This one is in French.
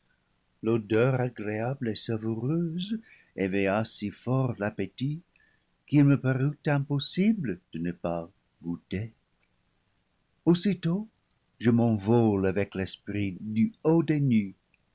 l'odeur agréable et savoureuse éveilla si fort l'appétit qu'il me parut impossible de ne pas goûter aussitôt je m'envole avec l'esprit du haut des nues